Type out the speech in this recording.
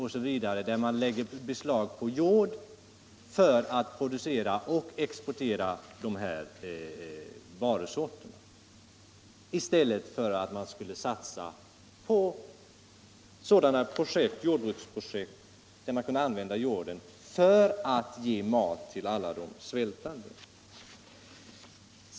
Det innebär att man lägger beslag på jord för att producera och exportera dessa varusorter i stället för att satsa på sådana jordbruksprojekt där jorden kan användas för att ge mat åt alla de svältande.